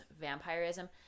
vampirism